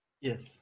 Yes